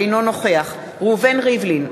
אינו נוכח ראובן ריבלין,